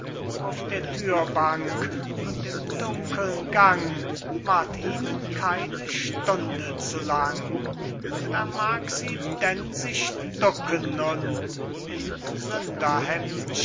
auf der thürbank und im dunkeln gang ward ihnen keine stunde zu lang da mag sie denn sich ducken nun im